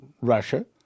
Russia